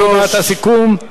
הודעת הסיכום.